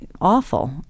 awful